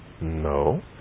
No